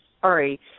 sorry